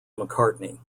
mccartney